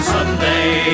Sunday